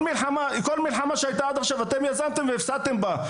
כל מלחמה שהייתה עד עכשיו אתם יזמתם והפסדתם בה.